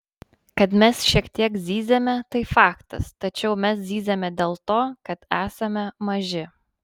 kad mes šiek tiek zyziame tai faktas tačiau mes zyziame dėl to kad esame maži